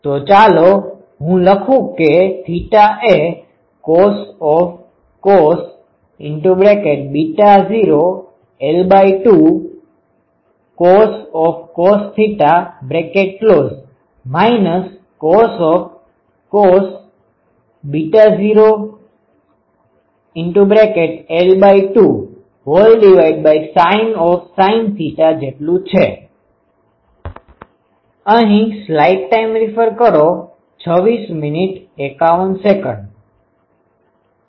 તો ચાલો હું લખુ કે θ એ cos ૦l2 cos cos ૦l2 sin છે